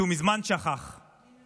שהוא שכח מזמן: